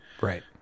Right